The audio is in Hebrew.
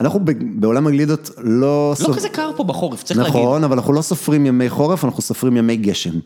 אנחנו בעולם הגלידות לא... לא כזה קר פה בחורף, צריך להגיד. נכון, אבל אנחנו לא סופרים ימי חורף, אנחנו סופרים ימי גשם.